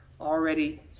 already